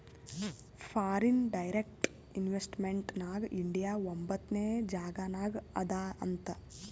foreign direct investment ನಾಗ್ India ಒಂಬತ್ನೆ ಜಾಗನಾಗ್ ಅದಾ ಅಂತ್